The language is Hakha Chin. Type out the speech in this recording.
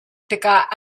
tikah